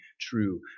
true